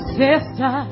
sister